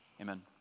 Amen